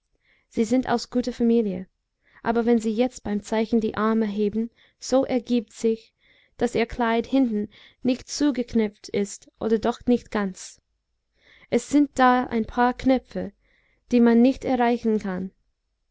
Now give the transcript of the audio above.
sie sind aus guter familie aber wenn sie jetzt beim zeichnen die arme heben so ergiebt sich daß ihr kleid hinten nicht zugeknöpft ist oder doch nicht ganz es sind da ein paar knöpfe die man nicht erreichen kann